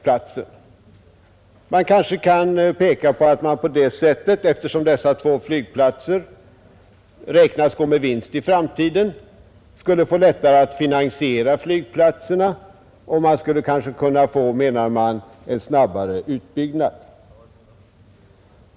Eftersom dessa två flygplatser beräknas gå med vinst i framtiden, kan man kanske peka på att man på det sättet skulle få lättare att finansiera flygplatserna, och man skulle kanske kunna få, menar man, en snabbare utbyggnad.